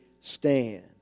stand